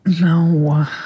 No